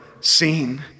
seen